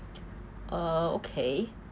uh okay